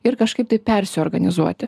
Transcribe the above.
ir kažkaip tai persiorganizuoti